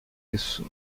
isso